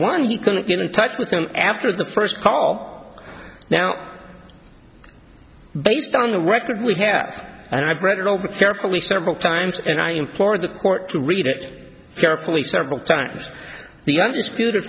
one you can get in touch with him after the first call now based on the record we have and i've read it over carefully several times and i implore the court to read it carefully several times the und